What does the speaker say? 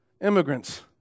immigrants